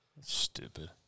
stupid